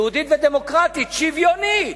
יהודית ודמוקרטית, שוויונית.